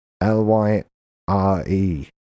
L-Y-R-E